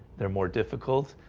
they're more difficult.